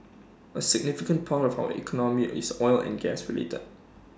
A significant part of our economy is oil and gas related